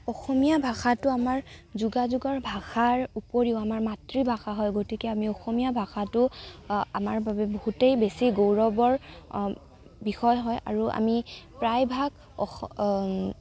অসমীয়া ভাষাটো আমাৰ যোগাযোগৰ ভাষাৰ উপৰিও আমাৰ মাতৃভাষা হয় গতিকে আমি অসমীয়া ভাষাটো আমাৰ বাবে বহুতেই বেছি গৌৰৱৰ বিষয় হয় আৰু আমি প্ৰায়ভাগ অস